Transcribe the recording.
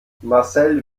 marcel